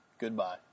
Goodbye